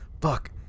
Fuck